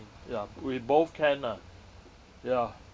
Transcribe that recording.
ya we both can ah ya